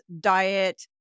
diet